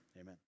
Amen